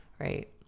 Right